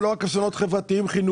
ולא רק באסונות חברתיים-חינוכיים.